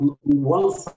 One